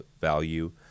value